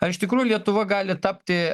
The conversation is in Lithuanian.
ar iš tikrųjų lietuva gali tapti